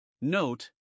Note